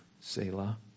Selah